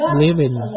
living